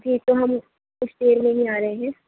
جی تو ہم first evening میں آ رہے ہیں